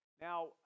Now